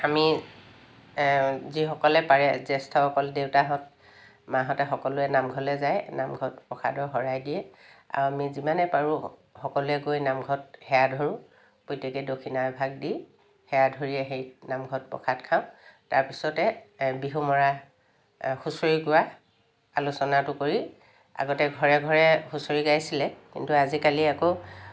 আমি যিসকলে পাৰে জ্যেষ্ঠসকল দেউতাহঁত মাহঁতে সকলোৱে নামঘৰলৈ যায় নামঘৰত প্ৰসাদৰ শৰাই দিয়ে আৰু আমি যিমানে পাৰোঁ সকলোৱে গৈ নামঘৰত সেৱা ধৰোঁ প্ৰত্যেকে দক্ষিণা এভাগ দি সেৱা ধৰি আহি নামঘৰত প্ৰসাদ খাওঁ তাৰপিছতে বিহু মৰা হুঁচৰি গোৱা আলোচনাটো কৰি আগতে ঘৰে ঘৰে হুঁচৰি গাইছিলে কিন্তু আজিকালি আকৌ